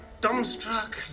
dumbstruck